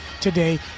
today